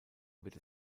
wird